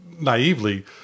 naively